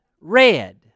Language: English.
Red